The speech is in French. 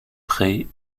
prêt